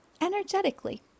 energetically